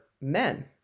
men